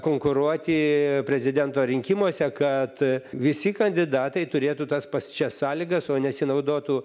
konkuruoti prezidento rinkimuose kad visi kandidatai turėtų tas pasčias sąlygas o nesinaudotų